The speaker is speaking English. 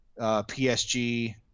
PSG